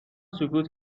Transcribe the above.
سکوت